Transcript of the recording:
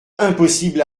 impossible